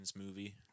movie